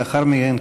לאחר מכן,